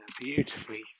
Beautifully